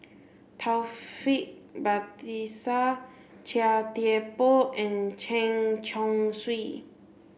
Taufik Batisah Chia Thye Poh and Chen Chong Swee